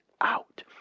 out